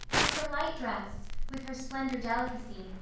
in her light dress, with her slender delicacy,